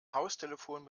haustelefon